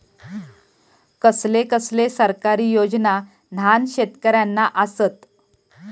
कसले कसले सरकारी योजना न्हान शेतकऱ्यांना आसत?